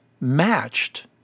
matched